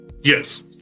Yes